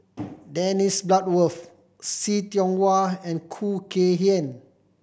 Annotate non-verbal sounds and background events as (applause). (noise) Dennis Bloodworth See Tiong Wah and Khoo Kay Hian